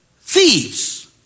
Thieves